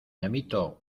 amito